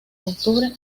octubre